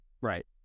Right